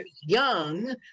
young